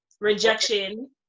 Rejection